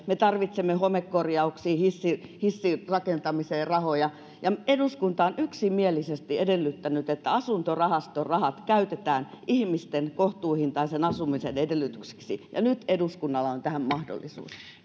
me tarvitsemme homekorjauksiin ja hissirakentamiseen rahoja ja eduskunta on yksimielisesti edellyttänyt että asuntorahaston rahat käytetään ihmisten kohtuuhintaisen asumisen edellytyksiksi ja nyt eduskunnalla on tähän mahdollisuus